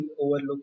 overlook